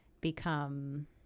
become